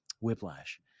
Whiplash